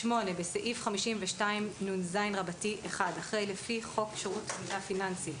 בסעיף 52נז(1), אחרי "לפי חוק שירות מידע פיננסי",